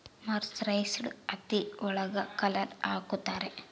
mercerised ಹತ್ತಿ ಒಳಗ colour ಹಾಕುತ್ತಾರೆ